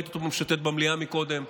ראיתי אותו משוטט במליאה קודם,